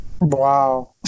Wow